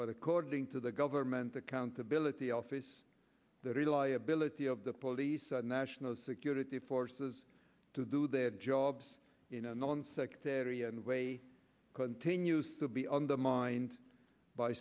but according to the government accountability office the reliability of the police and national security forces to do their jobs in a nonsectarian way continues to be undermined by